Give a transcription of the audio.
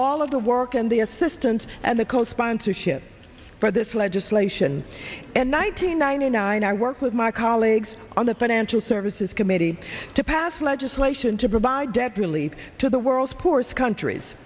all of the work and the assistant and the co sponsorship for this legislation and nine hundred ninety nine i work with my colleagues on the financial services committee to pass legislation to provide debt relief to the world's poorest countries